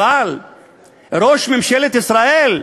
אבל ראש ממשלת ישראל,